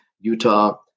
Utah